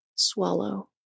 Swallow